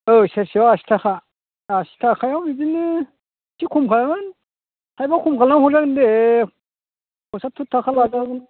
औ सेरसेयाव आसि थाखा आसि थाखायाव बिदिनो एसे खम खालामगोन थाइबा खम खालाम हरजागोन दे पसाथुर थाखा लाजागोन